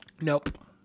Nope